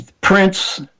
prince